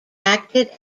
acted